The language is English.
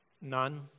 none